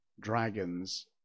dragons